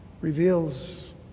reveals